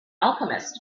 alchemist